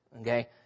Okay